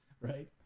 right